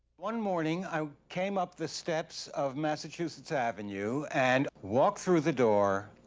one morning, i came up the steps of massachusetts avenue, and walked through the door.